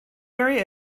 area